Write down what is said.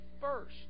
first